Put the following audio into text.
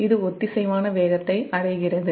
இது ஒத்திசைவான வேகத்தை அடைகிறது